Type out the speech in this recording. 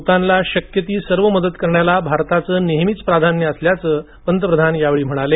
भूतानला शक्य ती सर्व मदत करण्याला भारताचं नेहेमीच प्राधान्य असल्याचं ते म्हणाले